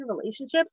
relationships